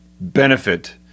benefit